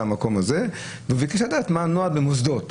המקום הזה ביקש לדעת מה הנוהל במוסדות,